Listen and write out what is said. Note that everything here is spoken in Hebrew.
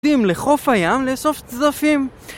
לחוף הים לאסוף צדפים